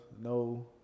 No